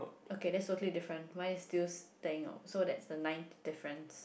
okay that's totally different mine is still staying on so that's the ninth difference